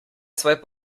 svoj